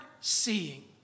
seeing